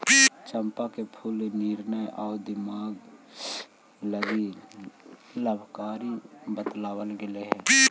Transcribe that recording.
चंपा के फूल निर्णय आउ दिमाग लागी लाभकारी बतलाबल गेलई हे